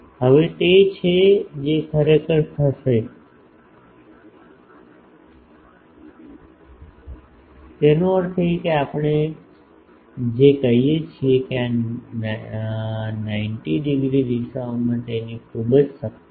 હવે તે છે જે ખરેખર થશે તેનો અર્થ એ કે આપણે જે કહીએ છીએ કે આ 90 ડિગ્રી દિશાઓમાં તેની ખૂબ જ શક્તિ છે